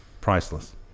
priceless